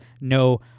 no